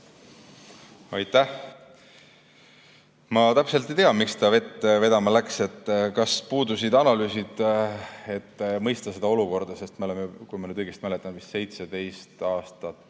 Ma täpselt ei tea, miks ta vett vedama läks. Kas puudusid analüüsid, et mõista seda olukorda? Sest me oleme, kui ma nüüd õigesti mäletan, vist 17 aastat,